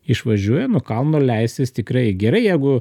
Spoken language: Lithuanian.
išvažiuoja nuo kalno leistis tikrai gerai jeigu